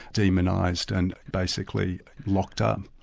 demonised and basically locked up.